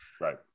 Right